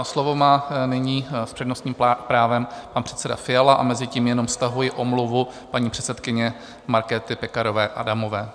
Slovo má nyní s přednostním právem pan předseda Fiala a mezitím jenom stahuji omluvu paní předsedkyně Markéty Pekarové Adamové.